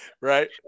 Right